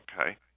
okay